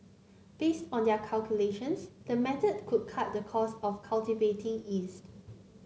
based on their calculations the method could cut the cost of cultivating yeast